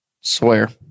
swear